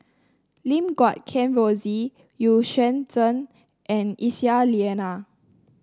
Lim Guat Kheng Rosie Yuan Zhen and Aisyah Lyana